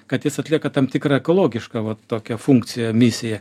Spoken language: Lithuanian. kad jis atlieka tam tikrą ekologišką vat tokią funkciją misiją